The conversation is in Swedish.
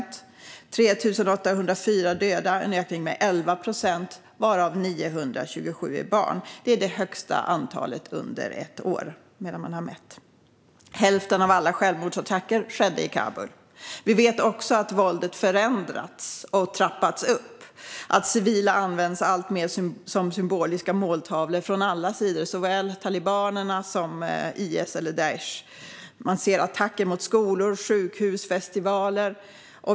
Det blev 3 804 döda - en ökning med 11 procent, varav 927 är barn. Det är det högsta antalet under ett år sedan man började mäta. Hälften av alla självmordsattacker skedde i Kabul. Vi vet också att våldet har förändrats och trappats upp och att civila alltmer används som symboliska måltavlor från alla sidor, såväl från talibanerna som från IS eller Daish. Vi ser attacker mot skolor, sjukhus och festivaler.